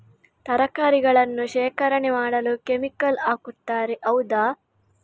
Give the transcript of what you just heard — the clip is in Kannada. ತರಕಾರಿಗಳನ್ನು ಶೇಖರಣೆ ಮಾಡಲು ಕೆಮಿಕಲ್ ಹಾಕುತಾರೆ ಹೌದ?